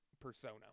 Persona